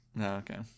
Okay